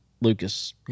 Lucas